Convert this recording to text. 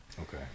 Okay